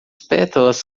pétalas